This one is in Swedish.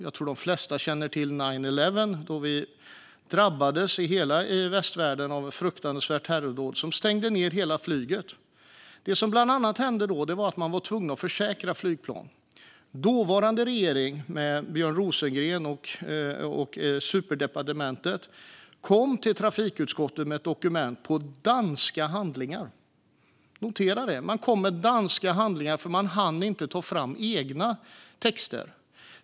Jag tror att de flesta känner till "nine eleven", då hela västvärlden drabbades av ett fruktansvärt terrordåd som stängde ned hela flyget. Det som hände då var bland annat att man blev tvungen att försäkra flygplan. Den dåvarande regeringen, med Björn Rosengren och superdepartementet, kom till trafikutskottet med ett dokument med danska handlingar. Notera det - man kom med danska handlingar, för man hann inte ta fram egna texter.